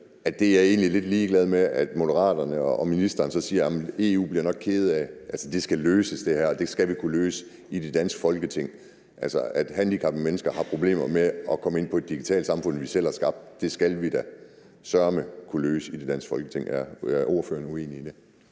siger, at jeg egentlig er lidt ligeglad med, at Moderaterne og ministeren siger, at EU nok bliver kede af det? Altså, det her skal løses, og det skal vi kunne løse i det danske Folketing. At handicappede mennesker har problemer med at komme ind i et digitalt samfund, vi selv har skabt, skal vi da sørme kunne løse i det danske Folketing. Er ordføreren uenig i det?